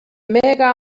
mega